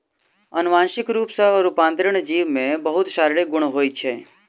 अनुवांशिक रूप सॅ रूपांतरित जीव में बहुत शारीरिक गुण होइत छै